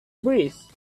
breeze